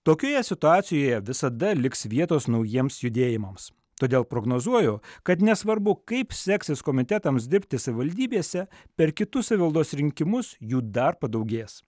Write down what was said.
tokioje situacijoje visada liks vietos naujiems judėjimams todėl prognozuoju kad nesvarbu kaip seksis komitetams dirbti savivaldybėse per kitus savivaldos rinkimus jų dar padaugės